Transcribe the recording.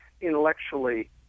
intellectually